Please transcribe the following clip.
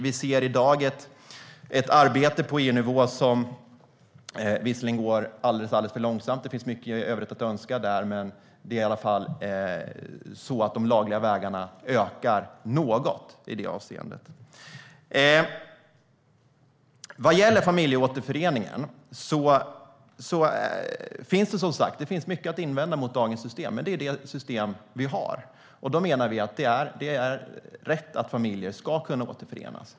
Vi ser i dag ett arbete på EU-nivå som visserligen går alldeles för långsamt - där finns mycket i övrigt att önska - men de lagliga vägarna ökar i alla fall något. Vad gäller familjeåterförening finns det som sagt mycket att invända mot dagens system, men det är det system vi har. Vi menar att det är rätt att familjer ska kunna återförenas.